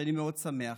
שאני מאוד שמח.